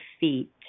feet